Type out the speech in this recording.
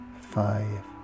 five